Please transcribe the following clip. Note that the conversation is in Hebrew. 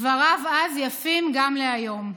דבריו אז יפים גם להיום.